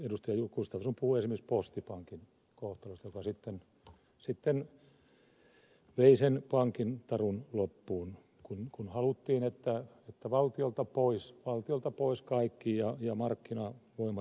jukka gustafsson puhui esimerkiksi postipankin kohtalosta joka sitten vei sen pankin tarun loppuun kun haluttiin että valtiolta pois kaikki ja markkinavoimat peliin